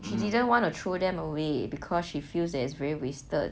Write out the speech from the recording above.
she didn't want to throw them away because she feels that it's very wasted